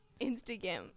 Instagram